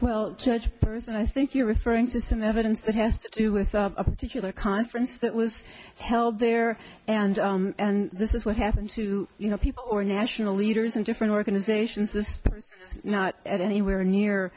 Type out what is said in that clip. well judge person i think you're referring to us in evidence that has to do with a particular conference that was held there and this is what happened to you know people or national leaders of different organizations this is not anywhere near